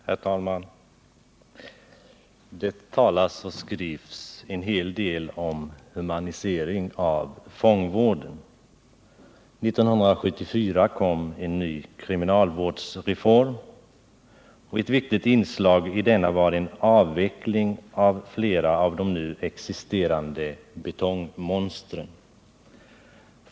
Herr talman! Det talas och skrivs en hel del om humanisering av ”fångvården”. 1974 kom en ny kriminalvårdsreform. Ett viktigt inslag i denna var en avveckling av flera av de nu existerande betongmonstren.